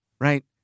Right